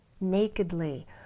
nakedly